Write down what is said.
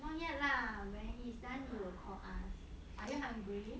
not yet lah when he's done he will call us are you hungry